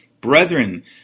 Brethren